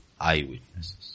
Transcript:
eyewitnesses